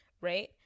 right